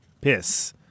Piss